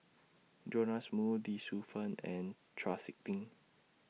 Jonas Moo Lee Shu Fen and Chau Sik Ting